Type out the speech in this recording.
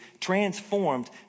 transformed